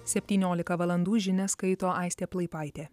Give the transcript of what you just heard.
septyniolika valandų žinias skaito aistė plaipaitė